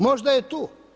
Možda je tu?